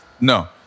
No